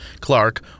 Clark